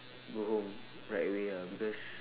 go home right away ah because